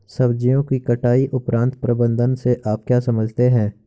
सब्जियों की कटाई उपरांत प्रबंधन से आप क्या समझते हैं?